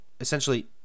essentially